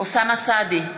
אוסאמה סעדי,